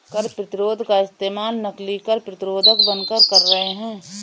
कर प्रतिरोध का इस्तेमाल नकली कर प्रतिरोधक बनकर कर रहे हैं